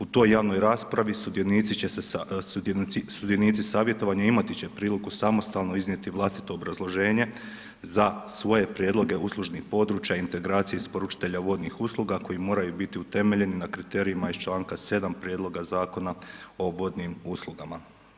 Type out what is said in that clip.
U toj javnoj raspravi sudionici savjetovanja imati će priliku samostalno iznijeti vlastito obrazloženje za svoje prijedloge uslužnih područja, integracije isporučitelja vodnih usluga koji moraju biti utemeljeni na kriterijima iz članka 7. Prijedloga zakona o vodnim uslugama.